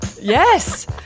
Yes